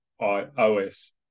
I-O-S